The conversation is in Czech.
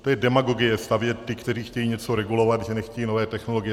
To je demagogie, stavět ty, kteří chtějí něco regulovat, že nechtějí nové technologie.